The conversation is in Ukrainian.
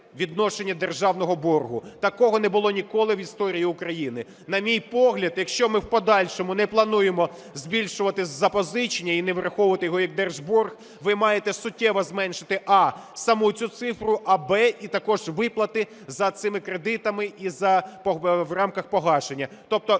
відношення державного боргу. Такого не було ніколи в історії України. На мій погляд, якщо ми в подальшому не плануємо збільшувати запозичення і не враховувати його як держборг, ви маєте суттєво зменшити: а) саму цю цифру, а б) і також виплати за цими кредитами в рамках погашення. Тобто